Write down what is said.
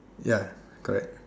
ya correct